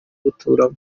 guturamo